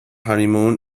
honeymoon